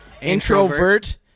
Introvert